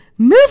Move